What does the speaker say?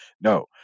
No